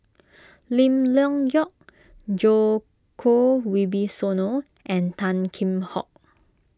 Lim Leong Geok Djoko Wibisono and Tan Kheam Hock